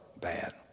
bad